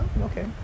okay